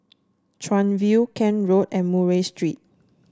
Chuan View Kent Road and Murray Street